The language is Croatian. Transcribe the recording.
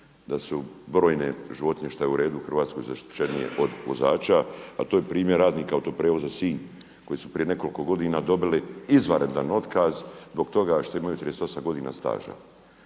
se ne razumije./… u Hrvatskoj zaštićenije od vozača ali to je primjer radnika autoprijevoza Sinj koji su prije nekoliko godina dobili izvanredan otkaz zbog toga što imaju 38 godina staza.